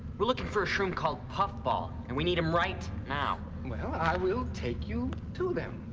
we're looking for a shroom called puffball and we need him right now. well i will take you to them.